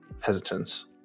hesitance